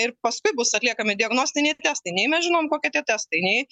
ir paskui bus atliekami diagnostiniai testai nei mes žinom kokie tie testai nei